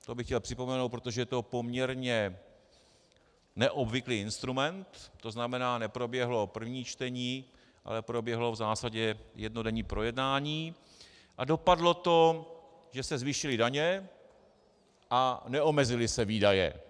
To bych chtěl připomenout, protože to je poměrně neobvyklý instrument, to znamená, neproběhlo první čtení, ale proběhlo v zásadě jednodenní projednání a dopadlo to, že se zvýšily daně a neomezily se výdaje.